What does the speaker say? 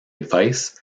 advice